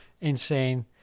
insane